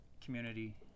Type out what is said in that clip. community